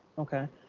okay.